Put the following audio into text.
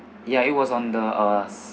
ya it was on the us